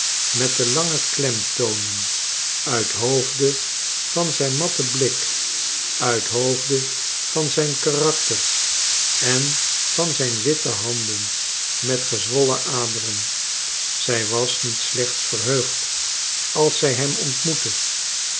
met de lange klemtonen uithoofde van zijn matten blik uithoofde van zijn karakter en van zijn witte handen met gezwollen aderen zij was niet slechts verheugd als zij hem ontmoette